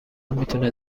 میتونه